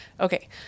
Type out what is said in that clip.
Okay